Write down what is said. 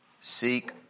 Seek